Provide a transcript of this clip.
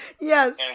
yes